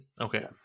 okay